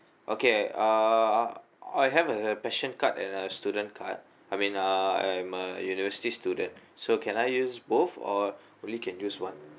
okay uh I have a passion card and a student card I mean uh I'm a university student so can I use both or only can use one